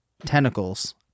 tentacles